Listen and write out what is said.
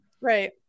right